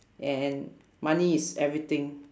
and money is everything